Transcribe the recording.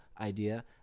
idea